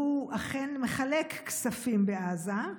שהוא אכן מחלק כספים בעזה.